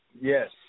Yes